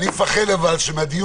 אני דואג למשפחות,